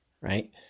right